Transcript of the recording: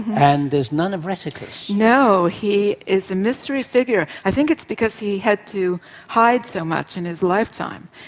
and there's none of rheticus. no, he is the mystery figure. i think it's because he had to hide so much in his lifetime.